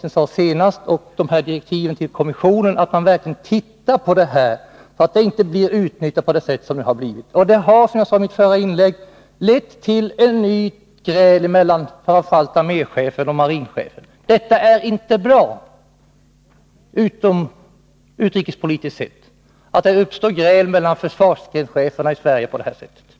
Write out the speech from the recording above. Det är bra att en kommission har tillsatts för att granska formerna för informationen, så att den inte utnyttjas såsom hittills. Händelserna i Hårsfjärden har, som jag sade i mitt förra inlägg, lett till ett gräl mellan framför allt arméchefen och marinchefen. Det är inte bra utrikespolitiskt sett att det uppstår gräl mellan försvarsgrenscheferna i Sverige.